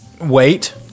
wait